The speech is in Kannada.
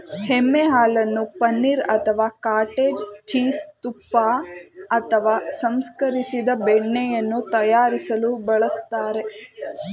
ಎಮ್ಮೆ ಹಾಲನ್ನು ಪನೀರ್ ಅಥವಾ ಕಾಟೇಜ್ ಚೀಸ್ ತುಪ್ಪ ಅಥವಾ ಸಂಸ್ಕರಿಸಿದ ಬೆಣ್ಣೆಯನ್ನು ತಯಾರಿಸಲು ಬಳಸ್ತಾರೆ